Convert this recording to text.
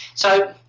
so,